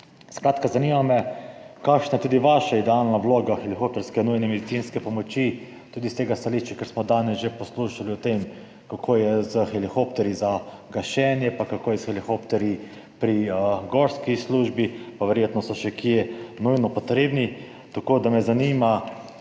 Zanima me: Kašna je po vašem idealna vloga helikopterske nujne medicinske pomoči? Tudi s tega stališča, da smo danes že poslušali o tem, kako je s helikopterji za gašenje pa kako je s helikopterji pri gorski službi, pa verjetno so še kje nujno potrebni. Zanima me tudi: